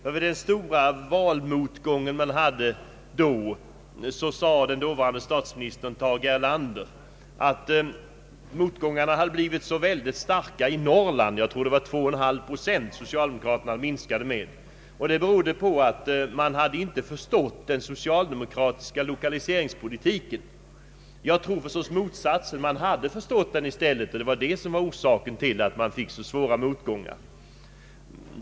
Efter den stora valmotgången det året sade statsminister Tage Erlander att motgångarna hade blivit särskilt stora i Norrland — jag tror det var en tillbakagång med 2,5 procent för socialde mokraterna — och han ansåg att det berodde på att man inte förstått den socialdemokratiska lokaliseringspolitiken. Jag tror tvärtom att man hade förstått den och att detta var orsaken till de svåra motgångarna.